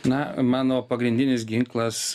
na mano pagrindinis ginklas